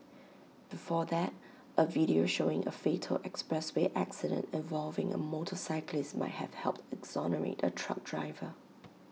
before that A video showing A fatal expressway accident involving A motorcyclist might have helped exonerate A truck driver